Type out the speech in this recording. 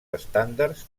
estàndards